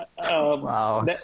Wow